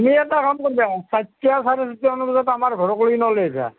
তুমি এটা কাম কৰিবা চাৰিটা চাৰে চাৰিটামান বজাত আমাৰ ঘৰৰ পিনে ওলাই আহিবা